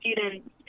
students